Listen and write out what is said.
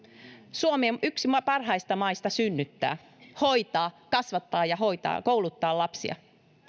suomi on yksi parhaista maista synnyttää hoitaa kasvattaa ja kouluttaa lapsia